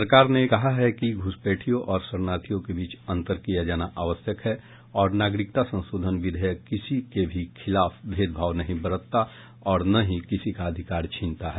सरकार ने कहा है कि घुसपैठियों और शरणार्थियों के बीच अंतर किया जाना आवश्यक है और नागरिकता संशोधन विधेयक किसी के भी खिलाफ भेदभाव नहीं बरतता और न ही किसी का अधिकार छीनता है